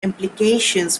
implications